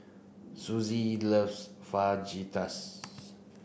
Suzette loves Fajitas